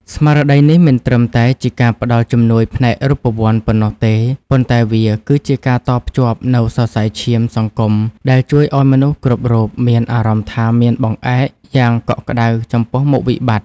ស្មារតីនេះមិនត្រឹមតែជាការផ្ដល់ជំនួយផ្នែករូបវន្តប៉ុណ្ណោះទេ ប៉ុន្តែវាគឺជាការតភ្ជាប់នូវសរសៃឈាមសង្គមដែលជួយឱ្យមនុស្សគ្រប់រូបមានអារម្មណ៍ថាមានបង្អែកយ៉ាងកក់ក្ដៅចំពោះមុខវិបត្តិ។